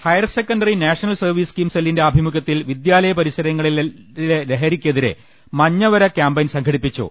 higher secondary national service scheme സെല്ലിന്റെ ആഭി മുഖ്യത്തിൽ വിദ്യാലയ പരിസരങ്ങളിലെ ലഹരിക്കെതിരെ മഞ്ഞ വര ക്യാംപയിൻ സംഘടിപ്പിച്ചു